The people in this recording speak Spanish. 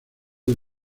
del